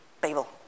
Babel